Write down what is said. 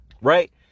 Right